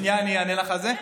שנייה, אני אענה לך על זה.